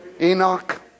Enoch